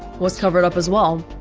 was covered up as well